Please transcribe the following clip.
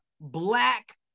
black